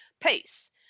peace